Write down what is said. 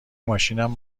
ماشینم